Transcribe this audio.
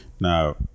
Now